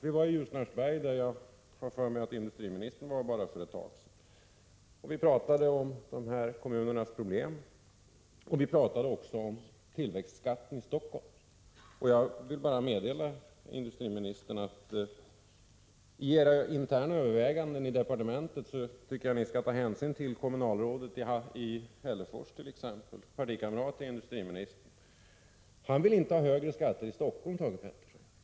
Vi var i Ljusnarsberg — jag har för mig att industriministern också var där för bara någon tid sedan. Vi pratade om dessa kommuners problem, och också om tillväxtskatten i Stockholm. 29 Jag vill bara säga till industriministern att jag tycker att ni i era interna överväganden i departementet skall lyssna till t.ex. kommunalrådet i Hällefors, som är partikamrat med industriministern. Han vill inte ha högre skatt i Stockholm, Thage Peterson.